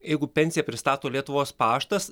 jeigu pensiją pristato lietuvos paštas